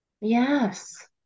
Yes